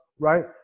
right